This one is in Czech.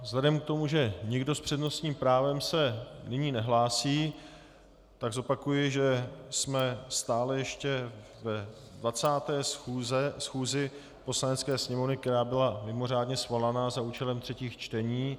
Vzhledem k tomu, že nikdo s přednostním právem se nyní nehlásí, tak zopakuji, že jsme stále ještě ve 20. schůzi Poslanecké sněmovny, která byla mimořádně svolaná za účelem třetích čtení.